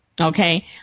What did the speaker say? Okay